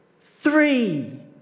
three